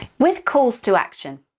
with calls to action,